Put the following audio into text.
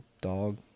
dog